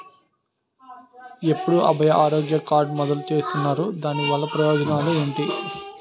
ఎప్పుడు అభయ ఆరోగ్య కార్డ్ మొదలు చేస్తున్నారు? దాని వల్ల ప్రయోజనాలు ఎంటి?